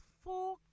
four